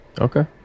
Okay